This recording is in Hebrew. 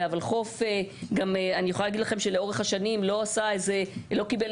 אבל אני יכולה להגיד לכם שלאורך השנים לא התקבלו איזה שהן